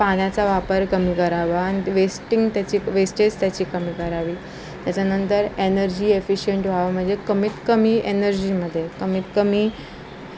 पाण्याचा वापर कमी करावा वेस्टिंग त्याची वेस्टेज त्याची कमी करावी त्याच्यानंतर एनर्जी एफिशंट व्हावं म्हणजे कमीत कमी एनर्जीमध्ये कमीतकमी